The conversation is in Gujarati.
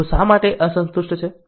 તેઓ શા માટે અસંતુષ્ટ છે